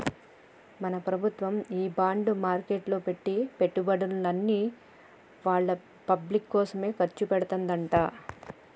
మన ప్రభుత్వము ఈ బాండ్ మార్కెట్లో పెట్టి పెట్టుబడుల్ని వాళ్ళ పబ్లిక్ కోసమే ఖర్చు పెడతదంట